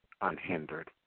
unhindered